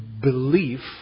belief